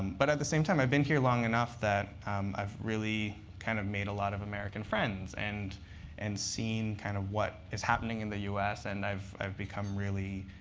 but at the same time, i've been here long enough that um i've really kind of made a lot of american friends and and seen kind of what is happening in the us. and i've i've become really